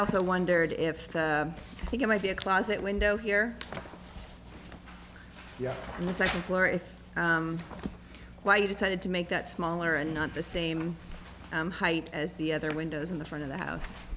also wondered if they think it might be a closet window here on the second floor if why you decided to make that smaller and not the same height as the other windows in the front of the house